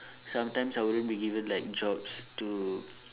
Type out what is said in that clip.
sometimes I won't be given like jobs to